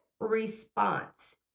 Response